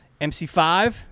MC5